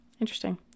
Interesting